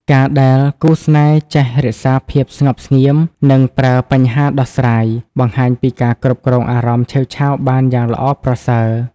ការដែលគូស្នេហ៍ចេះ "រក្សាភាពស្ងប់ស្ងៀម និងប្រើបញ្ហាដោះស្រាយ" បង្ហាញពីការគ្រប់គ្រងអារម្មណ៍ឆេវឆាវបានយ៉ាងល្អប្រសើរ។